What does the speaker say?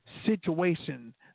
situation